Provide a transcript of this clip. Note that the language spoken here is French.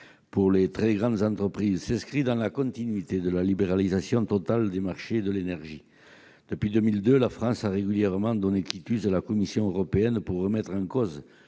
pour les très grandes entreprises s'inscrit dans la continuité de la libéralisation totale des marchés de l'énergie. Depuis 2002, la France a régulièrement donné son aval à la Commission européenne pour remettre en cause